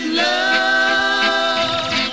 love